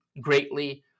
greatly